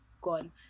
Gone